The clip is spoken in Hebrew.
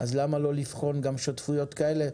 אז למה לא לבחון גם שותפויות כאלה?